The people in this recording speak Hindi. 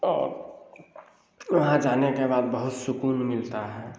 और वहाँ जाने के बाद बहुत सुकून मिलता है